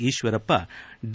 Eshwarappa D